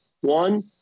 One